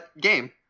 game